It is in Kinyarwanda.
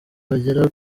bagera